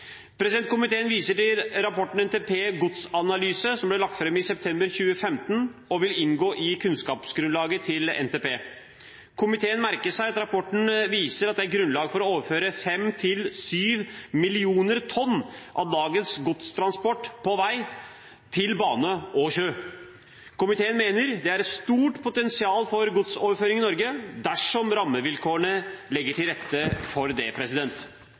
Komiteen viser til at rapporten NTP Godsanalyse ble lagt fram i september 2015, og vil inngå i kunnskapsgrunnlaget til Nasjonal transportplan. Komiteen merker seg at rapporten viser at det er grunnlag for å overføre 5–7 mill. tonn av dagens godstransport på vei til bane og sjø. Komiteen mener det er et stort potensial for godsoverføring i Norge dersom rammevilkårene legger til rette for det.